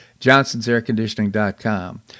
johnsonsairconditioning.com